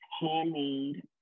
handmade